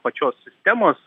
pačios temos